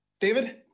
David